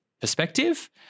perspective